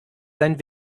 sein